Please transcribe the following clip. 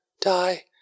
Die